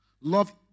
Love